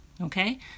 okay